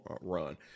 run